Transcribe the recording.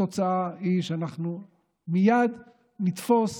והתוצאה היא שאנחנו מייד נתפוס